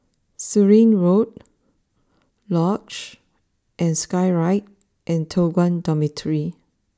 Surin Road Luge and Skyride and Toh Guan Dormitory